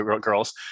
girls